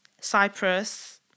Cyprus